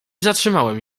zatrzymałem